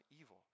evil